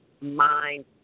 mind